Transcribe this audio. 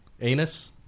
anus